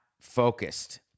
focused